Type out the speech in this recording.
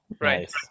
Right